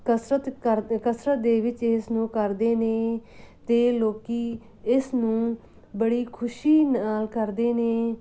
ਕਸਰਤ ਕਰਦੇ ਕਸਰਤ ਦੇ ਵਿੱਚ ਇਸ ਨੂੰ ਕਰਦੇ ਨੇ ਅਤੇ ਲੋਕ ਇਸ ਨੂੰ ਬੜੀ ਖੁਸ਼ੀ ਨਾਲ ਕਰਦੇ ਨੇ